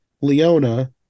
Leona